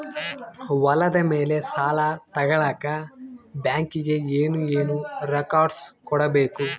ಹೊಲದ ಮೇಲೆ ಸಾಲ ತಗಳಕ ಬ್ಯಾಂಕಿಗೆ ಏನು ಏನು ರೆಕಾರ್ಡ್ಸ್ ಕೊಡಬೇಕು?